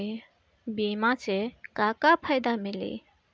बीमा से का का फायदा मिली?